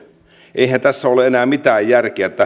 eihän tässä ole enää mitään järkeä